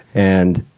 and